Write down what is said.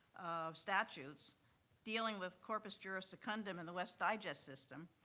of statutes dealing with corpus juris secundum in the west digest system,